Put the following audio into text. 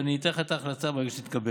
ואני אתן לך את ההחלטה ברגע שתתקבל.